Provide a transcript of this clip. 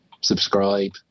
Subscribe